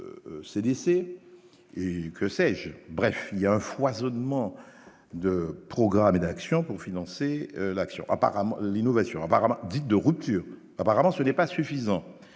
la CDC et que sais je, bref, il y a un foisonnement de programmes d'actions pour financer l'action apparemment l'innovation apparemment dite de rupture, apparemment ce n'est pas suffisant